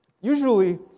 usually